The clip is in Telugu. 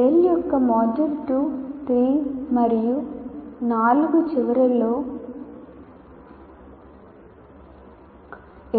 TALE యొక్క మాడ్యూల్ 2 3 మరియు 4 చివరలో